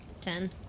ten